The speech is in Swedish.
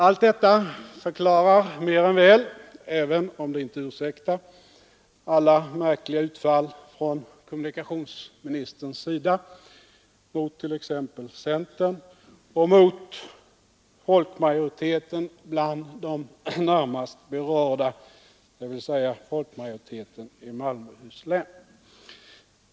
Allt detta förklarar mer än väl, även om det inte ursäktar, alla märkliga utfall från kommunikationsministerns sida mot t.ex. centern och mot folkmajoriteten bland de närmast berörda, dvs. folkmajoriteten i Malmöhus län.